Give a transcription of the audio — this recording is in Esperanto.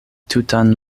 tutan